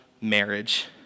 marriage